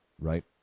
right